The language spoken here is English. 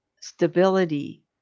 stability